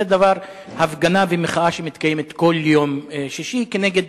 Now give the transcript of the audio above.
זו הפגנה ומחאה שמתקיימת כל יום שישי כנגד